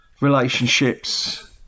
relationships